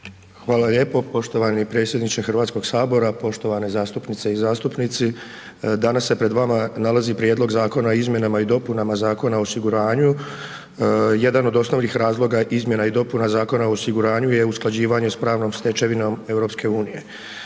Hvala lijepo poštovani predsjedniče HS-a, poštovani zastupnice i zastupnici. Danas se pred vama nalazi Prijedlog zakona o izmjenama i dopunama Zakona o osiguranju, jedan od osnovnih razloga izmjena i dopuna Zakona o osiguranju je usklađivanje s pravnom stečevinom EU-e.